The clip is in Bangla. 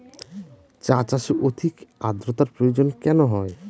চা চাষে অধিক আদ্রর্তার প্রয়োজন কেন হয়?